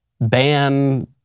ban